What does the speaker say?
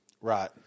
Right